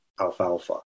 alfalfa